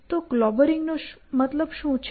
તો ક્લોબરિંગ નો મતલબ શું છે